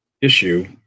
issue